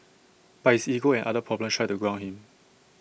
but his ego and other problems try to ground him